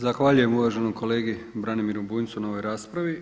Zahvaljujem uvaženom kolegi Branimiru Bunjcu na ovoj raspravi.